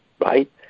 right